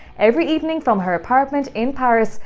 every evening from her apartment in paris,